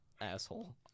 Asshole